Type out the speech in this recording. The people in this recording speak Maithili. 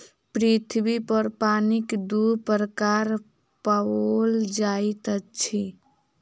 पृथ्वी पर पानिक दू प्रकार पाओल जाइत अछि